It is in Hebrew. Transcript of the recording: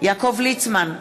יעקב ליצמן,